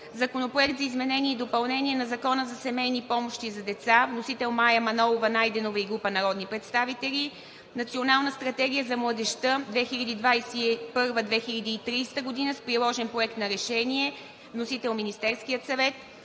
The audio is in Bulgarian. Законопроект за изменение и допълнение на Закона за семейни помощи за деца. Вносител – Мая Манолова-Найденова и група народни представители. Национална стратегия за младежта 2021 – 2030 г. с приложен Проект на решение. Вносител – Министерският съвет.